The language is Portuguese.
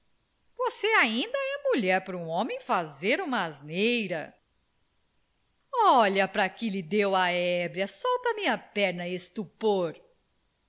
você ainda é mulher prum homem fazer uma asneira olha pra que lhe deu o ébrio solta me a perna estupor